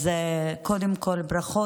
אז קודם כול ברכות.